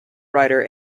writer